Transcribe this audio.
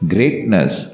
Greatness